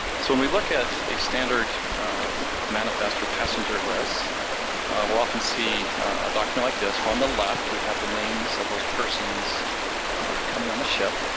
so when we look at a standard manifest or passenger list, we'll often see a document like this. here on the left we have the names of those persons coming on the ship,